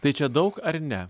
tai čia daug ar ne